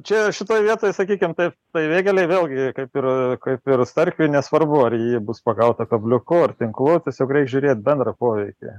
čia šitoj vietoj sakykim taip tai vėgėlei vėlgi kaip ir kaip ir starkiui nesvarbu ar ji bus pagauta kabliuku ar tinklu tiesiog reik žiūrėt bendrą poveikį